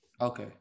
Okay